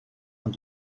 ond